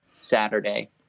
Saturday